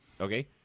Okay